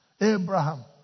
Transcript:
Abraham